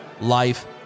life